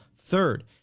Third